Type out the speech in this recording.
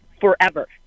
forever